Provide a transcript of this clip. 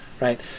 right